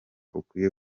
ukwiye